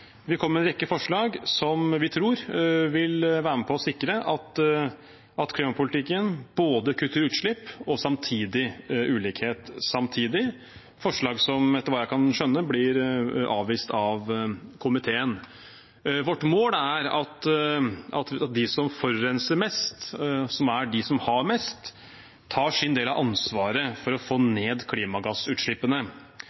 en rekke forslag som vi tror vil være med på å sikre at klimapolitikken kutter både utslipp og ulikhet samtidig – forslag som, etter hva jeg kan skjønne, blir avvist av komiteen. Vårt mål er at de som forurenser mest, som er de som har mest, tar sin del av ansvaret for å få